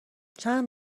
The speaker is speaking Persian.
چند